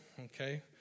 Okay